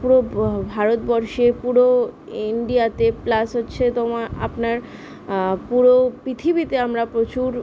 পুরো ভারতবর্ষে পুরো ইন্ডিয়াতে প্লাস হচ্ছে তোমা আপনার পুরো পৃথিবীতে আমরা প্রচুর